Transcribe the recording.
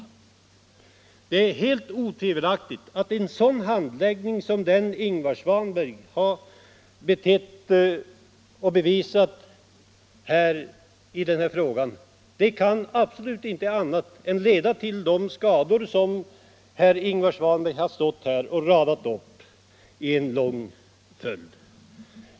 Det är obestridligt att en sådan handläggning som den herr Svanberg har uppvisat i denna fråga måste förorsaka skador av det slag som herr Ingvar Svanberg radat upp i en lång följd.